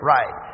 Right